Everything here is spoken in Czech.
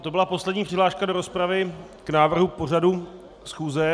To byla poslední přihláška do rozpravy k návrhu pořadu schůze.